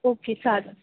okay चालेल